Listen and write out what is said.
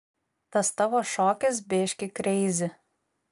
tas tavo šokis biški kreizi